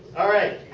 alright.